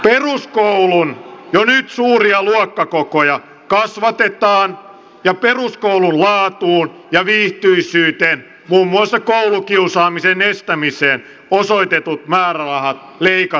peruskoulun jo nyt suuria luokkakokoja kasvatetaan ja peruskoulun laatuun ja viihtyisyyteen muun muassa koulukiusaamisen estämiseen osoitetut määrärahat leikataan pois